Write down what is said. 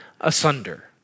asunder